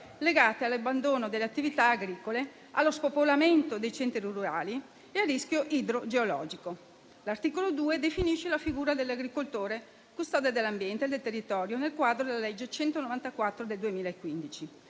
legate all'abbandono delle attività agricole, allo spopolamento dei centri rurali e al rischio idrogeologico. L'articolo 2 definisce la figura dell'agricoltore custode dell'ambiente e del territorio nel quadro della legge n. 194 del 2015